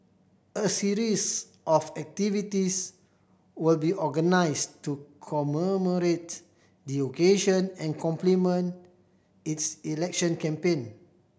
a series of activities will be organised to commemorate the occasion and complement its election campaign